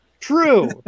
True